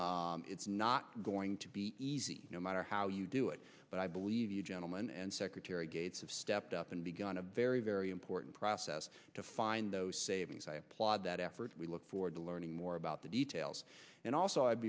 it's not going to be easy no matter how you do it but i believe you gentleman and secretary gates have stepped up and begun a very very important process to find those savings i applaud that effort we look forward to learning more about the details and also i'd